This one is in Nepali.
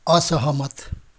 असहमत